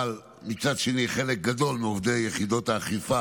אבל מצד שני חלק גדול מעובדי יחידות האכיפה